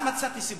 אז מצאתי סיפור.